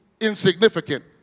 insignificant